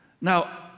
Now